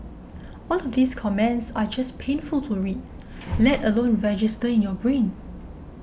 all of these comments are just painful to read let alone register in your brain